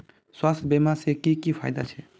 स्वास्थ्य बीमा से की की फायदा छे?